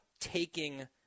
taking –